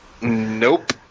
Nope